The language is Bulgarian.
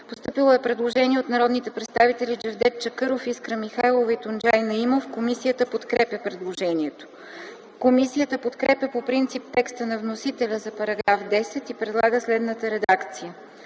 Постъпило е предложение от народните представители Джевдет Чакъров, Искра Михайлова и Тунджай Наимов. Комисията подкрепя предложението. Комисията подкрепя по принцип текста на вносителя за § 10 и предлага следната редакция: